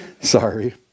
Sorry